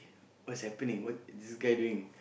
what's happening what is this guy doing